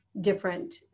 different